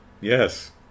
Yes